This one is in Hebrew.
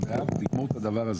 על מי אתה מדבר?